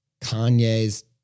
Kanye's